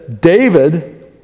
David